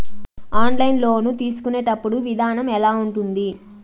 online loan తీసుకునేటప్పుడు విధానం ఎలా ఉంటుంది